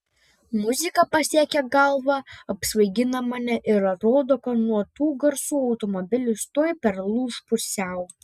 muzika pasiekia galvą apsvaigina mane ir atrodo kad nuo tų garsų automobilis tuoj perlūš pusiau